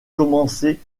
commencer